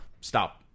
Stop